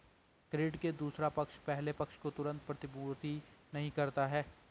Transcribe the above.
credit में दूसरा पक्ष पहले पक्ष को तुरंत प्रतिपूर्ति नहीं करता है